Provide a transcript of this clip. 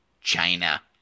China